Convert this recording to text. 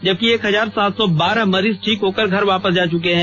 जबकि एक हजार सात सौ बारह मरीज ठीक होकर घर वापस जा चुके हैं